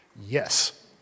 Yes